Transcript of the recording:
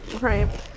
right